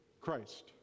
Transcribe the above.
Christ